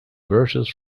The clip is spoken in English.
verses